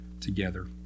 together